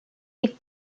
est